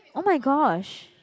oh my gosh